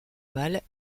balle